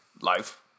life